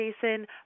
Jason